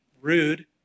rude